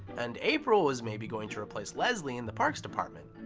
and april was maybe going to replace leslie in the parks department.